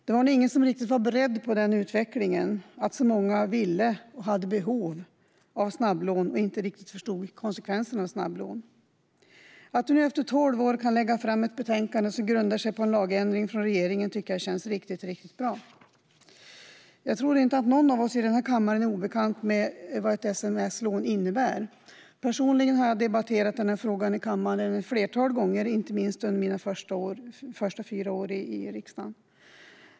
Det var nog ingen som riktigt var beredd på den utvecklingen, att så många ville ta och hade behov av snabblån men inte riktigt förstod konsekvensen av dem. Att vi nu efter tolv år kan lägga fram ett betänkande som grundar sig på ett lagändringsförslag från regeringen tycker jag känns riktigt bra. Jag tror inte att någon av oss i denna kammare är obekant med vad ett sms-lån innebär. Personligen har jag debatterat denna fråga i kammaren ett flertal gånger, inte minst under mina första fyra år i riksdagen.